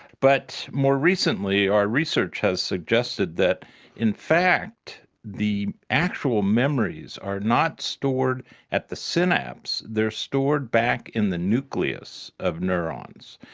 but more recently our research has suggested that in fact the actual memories are not stored at the synapse, they are stored back in the nucleus of neurons,